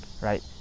Right